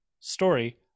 Story